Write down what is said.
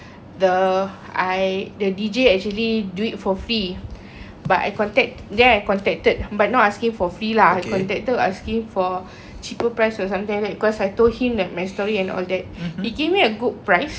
the I the D_J actually do it for fee but I contact then I contacted but not asking for free lah contacted asking for cheaper price or something cause I told him that my story and all that they gave me a good price